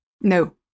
No